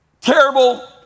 terrible